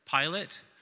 Pilate